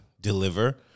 deliver